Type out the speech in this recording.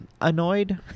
annoyed